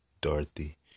Dorothy